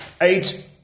eight